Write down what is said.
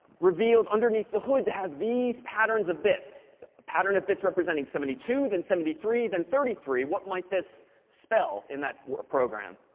revealed underneath the hood to have these patterns of bits pattern of bits representing seventy two, then seventy three, then thirty three what might this spell in that program?